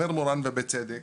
אומר מורן ובצדק